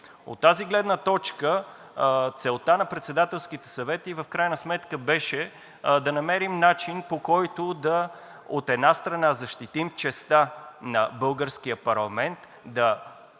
От тази гледна точка, целта на председателските съвети в крайна сметка беше да намерим начин, по който, от една страна, да защитим честта на българския парламент, да